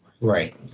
Right